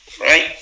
Right